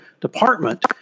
department